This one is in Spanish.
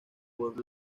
por